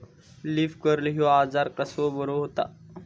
Leaf curl ह्यो आजार कसो बरो व्हता?